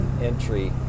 entry